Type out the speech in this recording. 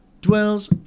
dwells